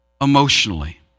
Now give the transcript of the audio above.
emotionally